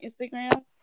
Instagram